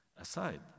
aside